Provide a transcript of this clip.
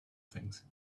things